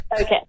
Okay